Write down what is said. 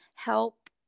help